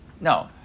No